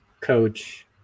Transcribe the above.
coach